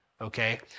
okay